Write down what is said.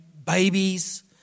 babies